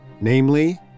Namely